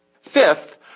Fifth